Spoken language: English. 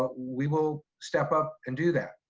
we will step up and do that.